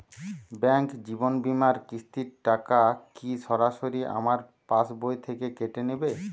Bank জীবন বিমার কিস্তির টাকা কি সরাসরি আমার পাশ বই থেকে কেটে নিবে?